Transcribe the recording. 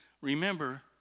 remember